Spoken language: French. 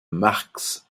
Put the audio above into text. marx